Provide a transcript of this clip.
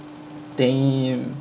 damn